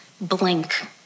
blink